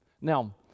Now